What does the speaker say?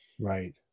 Right